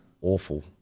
awful